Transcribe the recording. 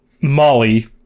Molly